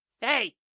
Hey